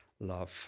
love